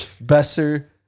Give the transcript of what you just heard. Besser